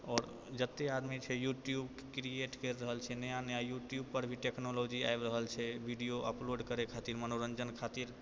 आओर जत्ते आदमी छै यूट्यूब क्रिएट करि रहल छै नया नया यूट्यूबपर भी टेक्नोलॉजी आबि रहल छै वीडियो अपलोड करै खातिर मनोरञ्जन खातिर